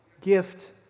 Gift